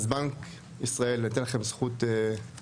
אז בנק ישראל, ניתן לכם את הזכות לפתוח,